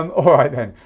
um all right then,